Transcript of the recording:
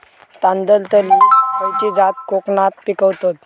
तांदलतली खयची जात कोकणात पिकवतत?